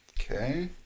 Okay